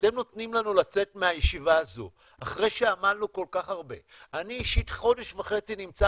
לצאת עם מתווה למדינות ירוקות,